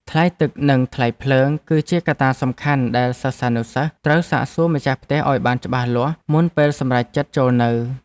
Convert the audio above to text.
ថ្លៃទឹកនិងថ្លៃភ្លើង គឺជាកត្តាសំខាន់ដែលសិស្សានុសិស្សត្រូវសាកសួរម្ចាស់ផ្ទះឱ្យបានច្បាស់លាស់ មុនពេលសម្រេចចិត្តចូលនៅ។